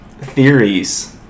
theories